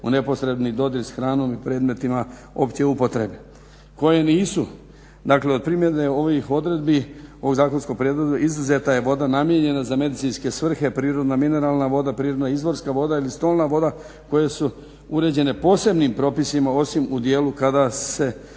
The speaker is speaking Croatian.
koje dolaze u dodir s hranom i predmetima opće upotrebe koje nisu. Dakle, od primjene ovih odredbi o zakonskom prijedlogu izuzeta je voda namijenjena za medicinske svrhe, prirodna mineralna voda, prirodna izvorska voda ili stolna voda koje su uređene posebnim propisima osim u dijelu kad se